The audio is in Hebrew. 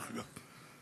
דרך אגב.